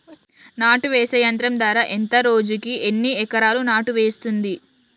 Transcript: నాటు వేసే యంత్రం ధర ఎంత రోజుకి ఎన్ని ఎకరాలు నాటు వేస్తుంది?